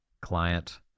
client